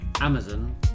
Amazon